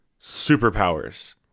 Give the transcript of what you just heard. superpowers